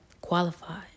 qualified